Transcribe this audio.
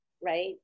right